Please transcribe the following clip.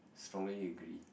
strongly agree